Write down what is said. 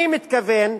אני מתכוון,